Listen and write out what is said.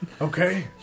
Okay